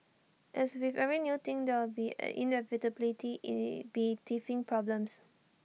as with every new thing there will inevitably be teething problems